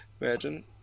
imagine